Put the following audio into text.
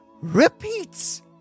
Repeats